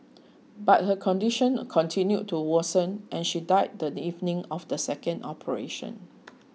but her condition continued to worsen and she died the evening of the second operation